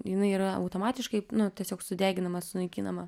jinai yra automatiškai nu tiesiog sudeginama sunaikinama